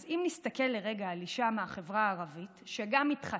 אז אם נסתכל לרגע על אישה מהחברה הערבית שגם התחתנה,